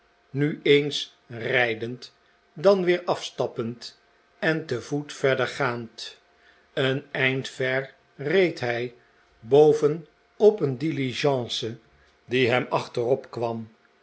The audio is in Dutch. nu eens rijdehd dan weer afstappend en te voet verder gaand een eind ver reed hij boven op een diligence die hem achterop kwam